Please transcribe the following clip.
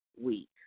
week